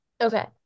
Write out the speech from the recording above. Okay